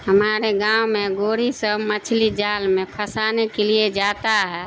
ہمارے گاؤں میں گوری سب مچھلی جال میں پھنسانے کے لیے جاتا ہے